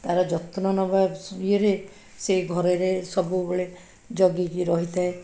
ତାର ଯତ୍ନ ନବା ଇଏରେ ସେ ଘରରେ ସବୁବେଳେ ଜଗିକି ରହିଥାଏ